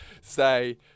say